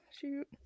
shoot